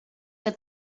que